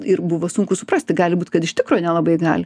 ir buvo sunku suprasti gali būt kad iš tikro nelabai gali